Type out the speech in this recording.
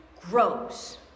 grows